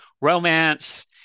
romance